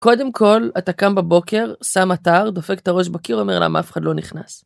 קודם כל, אתה קם בבוקר, שם אתר, דופק את הראש בקיר ואומר למה אף אחד לא נכנס?